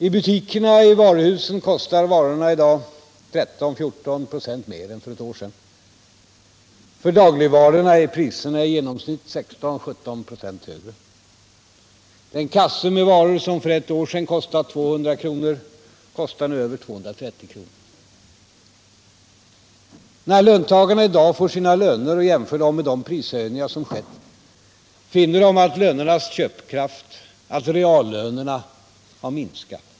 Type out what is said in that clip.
I butiker och varuhus kostar varorna i dag 13-14 96 mer än för ett år sedan. För dagligvarorna är prisstegringarna i genomsnitt 16-17 926. Den kasse varor som för ewt år sedan kostade 200 kr. kostar nu över 230 kr. När löntagarna i dag får sina löner och jämför med de prishöjningar som skett, finner de att pengarnas köpkraft, reallönerna har minskat.